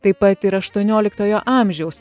taip pat ir aštuonioliktojo amžiaus